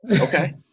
okay